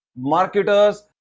marketers